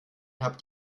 habt